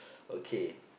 okay